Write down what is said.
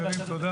הישיבה נעולה.